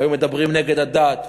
והיו מדברים נגד הדת,